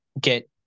get